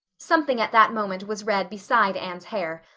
something at that moment was red besides anne's hair.